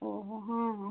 ଓ ହୋ ହଁ ହଁ